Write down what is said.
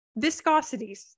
viscosities